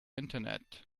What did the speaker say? internet